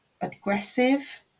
aggressive